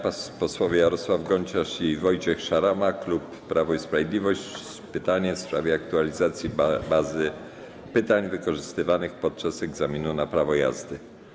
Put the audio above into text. Posłowie Jarosław Gonciarz i Wojciech Szarama, klub Prawo i Sprawiedliwość - pytanie w sprawie aktualizacji bazy pytań wykorzystywanych podczas egzaminu na prawo jazdy.